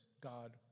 God